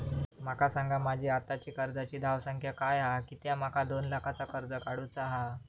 माका सांगा माझी आत्ताची कर्जाची धावसंख्या काय हा कित्या माका दोन लाखाचा कर्ज काढू चा हा?